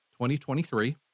2023